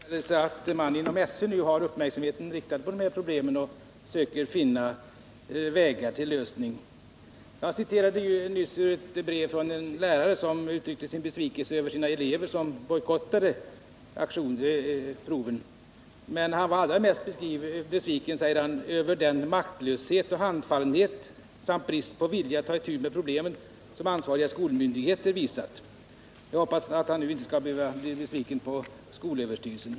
Herr talman! Jag noterar med tillfredsställelse att man inom SÖ nu har uppmärksamheten riktad på de här problemen och att man söker finna vägar för att lösa dem. Jag citerade nyss ur ett brev från en lärare som uttryckte sin besvikelse över sina elever som bojkottade de centrala proven. Han var dock allra mest besviken, säger han, över den ”maktlöshet och handfallenhet samt brist på vilja att ta itu med problemen” som ansvariga skolmyndigheter visat. Jag hoppas nu att han inte längre skall behöva vara besviken på SÖ.